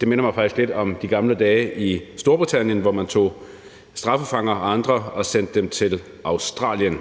Det minder mig faktisk lidt om de gamle dage i Storbritannien, hvor man sendte straffefanger og andre til Australien.